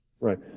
Right